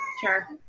Sure